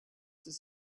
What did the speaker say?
this